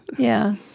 yeah.